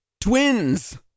Twins